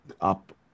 up